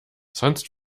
sonst